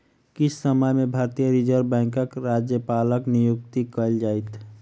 किछ समय में भारतीय रिज़र्व बैंकक राज्यपालक नियुक्ति कएल जाइत